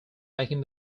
making